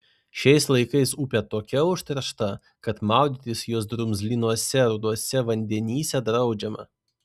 šiais laikais upė tokia užteršta kad maudytis jos drumzlinuose ruduose vandenyse draudžiama